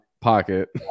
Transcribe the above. pocket